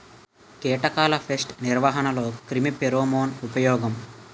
కీటకాల పేస్ట్ నిర్వహణలో క్రిమి ఫెరోమోన్ ఉపయోగం